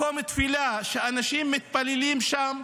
מקום תפילה שאנשים מתפללים בו.